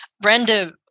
Brenda